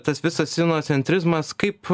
tas vis sinocentrizmas kaip